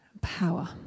power